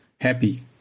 happy